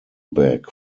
back